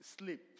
sleep